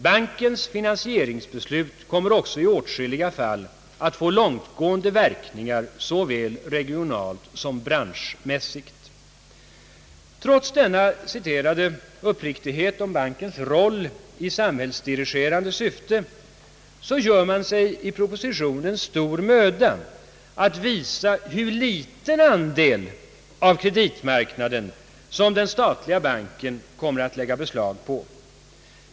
Bankens finansieringsbeslut kommer också i åtskilliga fall att få långtgående verkningar såväl regionalt som branschmässigt.» Trots den här anförda uppriktigheten beträffande bankens roll i samhällsdirigerande syfte gör man sig i propositionen stor möda att visa hur liten andel av kreditmarknaden som den statliga banken kommer att lägga beslag på.